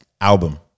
album